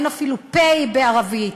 אין אפילו פ"א בערבית,